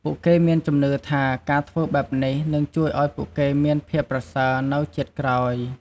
ពួកគេមានជំនឿថា ការធ្វើបែបនេះនឹងជួយឱ្យពួកគេមានភាពប្រសើរនៅជាតិក្រោយ។